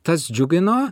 tas džiugino